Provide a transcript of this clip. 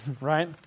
right